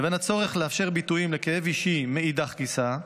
לבין הצורך לאפשר ביטויים לכאב אישי מאידך גיסא,